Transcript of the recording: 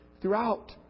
throughout